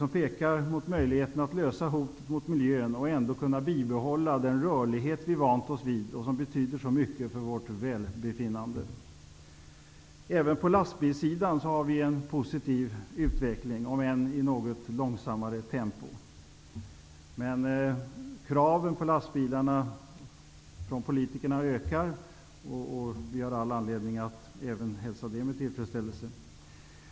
Den pekar mot möjligheten att klara av hotet mot miljön och ändå kunna bibehålla den rörlighet som vi har vant oss vid och som betyder så mycket för vårt välbefinnande. Även på lastbilssidan sker en positiv utveckling, om än i något långsammare tempo. Politikernas krav på lastbilarna ökar, och det finns all anledning att även hälsa det med tillfredsställelse.